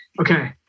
okay